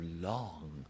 long